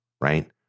Right